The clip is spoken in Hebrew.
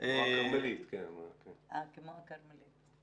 כמו הכרמלית.